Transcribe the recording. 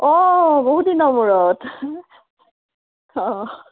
অঁ বহুত দিনৰ মূৰত অঁ